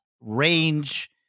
range